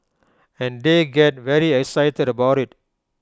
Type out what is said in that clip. and they get very excited about IT